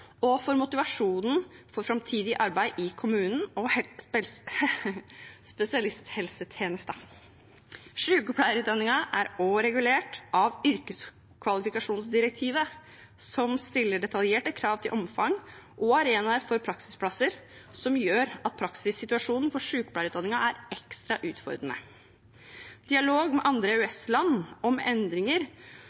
og for motivasjonen for framtidig arbeid i kommunene og spesialisthelsetjenesten. Sjukepleierutdanningen er også regulert av yrkeskvalifikasjonsdirektivet, som stiller detaljerte krav til omfang og arenaer for praksisplasser, og gjør at praksissituasjonen for sjukepleierutdanningen er ekstra utfordrende. Dialog med andre EØS-land om endringer,